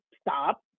stop